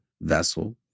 vessel